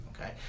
Okay